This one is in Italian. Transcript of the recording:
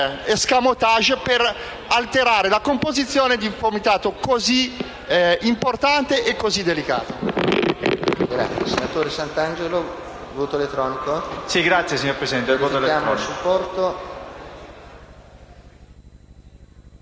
per alterare la composizione di un Comitato così importante e così delicato.